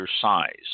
size